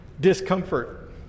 discomfort